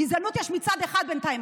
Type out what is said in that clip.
גזענות יש מצד אחד בינתיים,